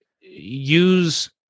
use